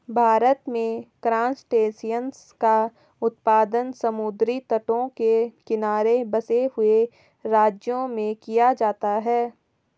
भारत में क्रासटेशियंस का उत्पादन समुद्री तटों के किनारे बसे हुए राज्यों में किया जाता है